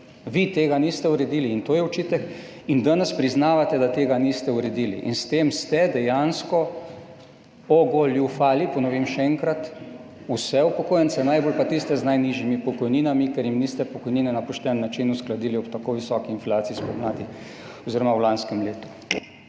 Vi tega niste uredili in to je očitek. In danes priznavate, da tega niste uredili, in s tem ste dejansko ogoljufali, ponovim še enkrat, vse upokojence, najbolj pa tiste z najnižjimi pokojninami, ker jim niste pokojnin na pošten način uskladili ob tako visoki inflaciji spomladi oziroma v lanskem letu.